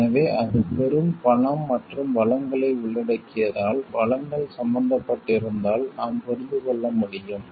எனவே அது பெரும் பணம் மற்றும் வளங்களை உள்ளடக்கியதால் வளங்கள் சம்பந்தப்பட்டிருந்தால் நாம் புரிந்து கொள்ள முடியும்